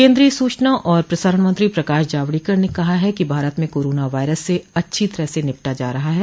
केन्द्रीय सूचना और प्रसारण मंत्री प्रकाश जावड़ेकर ने कहा है कि भारत में कोरोना वायरस से अच्छी तरह से निपटा जा रहा है